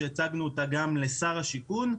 שהצגנו גם לשר השיכון.